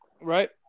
right